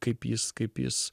kaip jis kaip jis